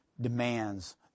demands